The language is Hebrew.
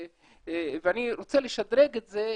ואני רוצה לשדרג את זה,